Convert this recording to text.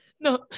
no